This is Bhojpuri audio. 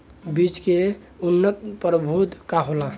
बीज के उन्नत प्रभेद का होला?